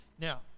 Now